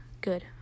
Good